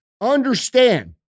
Understand